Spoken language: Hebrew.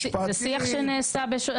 המשפטים.״ זה שיח שנעשה.